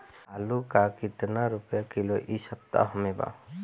आलू का कितना रुपया किलो इह सपतह में बा?